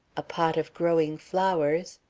a pot of growing flowers,